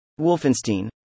Wolfenstein